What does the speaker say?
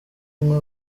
umwe